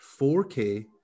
4K